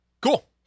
Cool